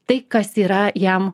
tai kas yra jam